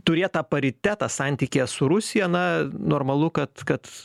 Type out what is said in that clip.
turėtą paritetą santykyje su rusija na normalu kad kad